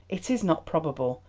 it is not probable,